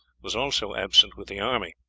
was also absent with the army.